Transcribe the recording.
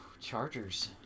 Chargers